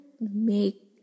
make